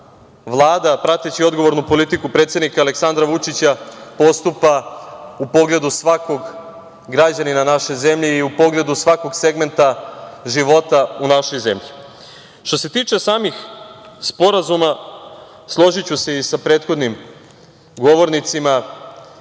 Vlada prateći odgovornu politiku predsednika Aleksandra Vučića postupa u pogledu svakog građanina naše zemlje i u pogledu svakog segmenta života u našoj zemlji. Što se tiče samih sporazuma složiću se i sa prethodnim govornicima,